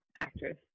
actress